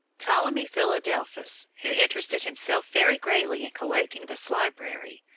ptolemy philadelphus, who interested himself very greatly in collecting this library,